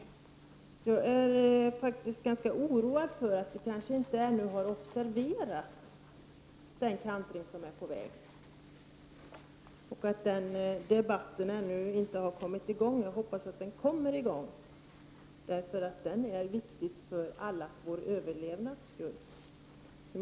Jag är oroad över att vi kanske ännu inte har observerat den kantring som är på väg och över att den debatten ännu inte har kommit i gång. Jag hoppas emellertid att den gör det, eftersom den är viktig för allas vår överlevnads skull.